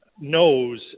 knows